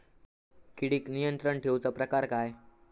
किडिक नियंत्रण ठेवुचा प्रकार काय?